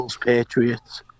Patriots